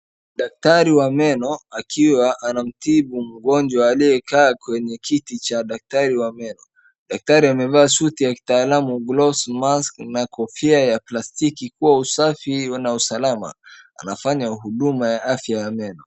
Daktari wa meno akiwa anamtibu mgonjwa aliyekaa kwenye kiti cha daktari wa meno. Daktari amevaa suti ya kitaalamu, gloves , mask na kofia ya plastiki kwa usafi na usalama. Anafanya huduma ya afya ya meno.